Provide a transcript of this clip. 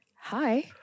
hi